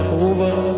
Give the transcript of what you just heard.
over